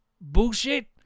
bullshit